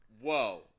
Whoa